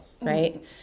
right